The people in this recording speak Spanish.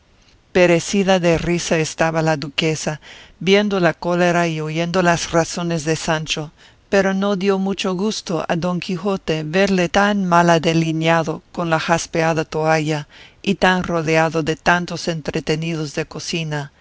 perecida de risa estaba la duquesa viendo la cólera y oyendo las razones de sancho pero no dio mucho gusto a don quijote verle tan mal adeliñado con la jaspeada toalla y tan rodeado de tantos entretenidos de cocina